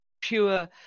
pure